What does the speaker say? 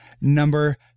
number